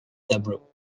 tableau